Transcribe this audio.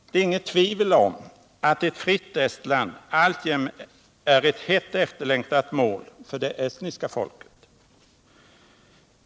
Det är inget tvivel om att ett fritt Estland alltjämt är ett hett efterlängtat mål för det estniska folket.